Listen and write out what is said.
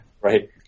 Right